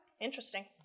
Interesting